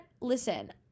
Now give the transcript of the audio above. listen